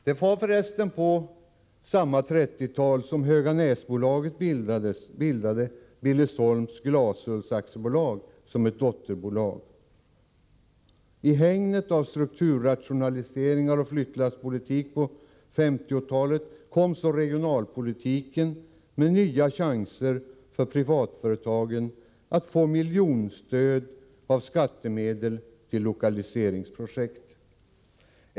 Det var för resten på samma 1930-tal som Höganäsbolaget bildade Billesholms Glasulls AB som dotterbolag. I hägnet av strukturrationaliseringar och flyttlasspolitik på 1950-talet kom regionalpolitiken med nya chanser för privatföretagen att få miljonstöd av skattemedel till lokaliseringsprojekt.